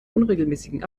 unregelmäßigen